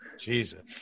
Jesus